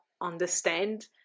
understand